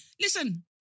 Listen